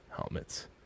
helmets